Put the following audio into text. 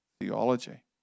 theology